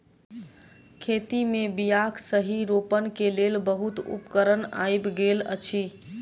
खेत मे बीयाक सही रोपण के लेल बहुत उपकरण आइब गेल अछि